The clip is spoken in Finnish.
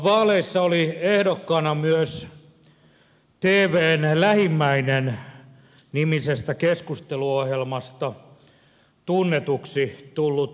vaaleissa oli ehdokkaana myös tvn lähimmäinen nimisestä keskusteluohjelmasta tunnetuksi tullut henkilö